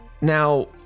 now